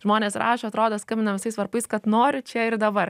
žmonės rašo atrodo skambina visais varpais kad noriu čia ir dabar